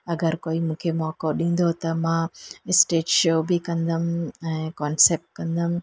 अगरि कोई मूंखे मौक़ो ॾींदो त मां स्टेज शो बि कंदमि ऐं कोन्सेप्ट कंदमि